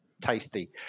tasty